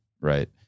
Right